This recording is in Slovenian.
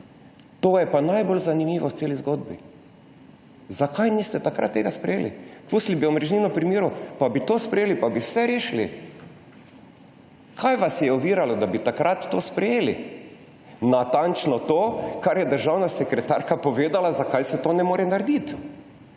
To je pa najbolj zanimivo v celi zgodbi. Zakaj niste takrat tega sprejeli? Pustili bi omrežnino pri miru, bi to sprejeli in bi vse rešili. Kaj vas je oviralo, da bi takrat to sprejeli? Natančno to, kar je državna sekretarka povedala, da se to ne more narediti.